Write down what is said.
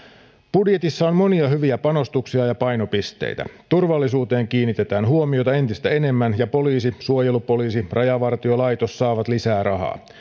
budjetissa on monia hyviä panostuksia ja painopisteitä turvallisuuteen kiinnitetään huomiota entistä enemmän ja poliisi suojelupoliisi ja rajavartiolaitos saavat lisää rahaa